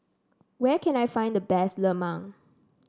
where can I find the best Lemang